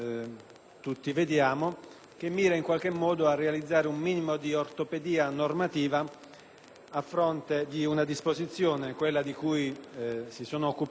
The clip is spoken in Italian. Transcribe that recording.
a fronte di una disposizione, quella di cui si sono occupati finora i colleghi con ricchezza di argomenti, che francamente